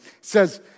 says